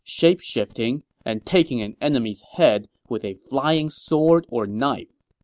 shapeshifting, and taking an enemy's head with a flying sword or knife.